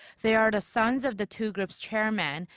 they are the sons of the two groups' chairmen,